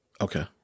Okay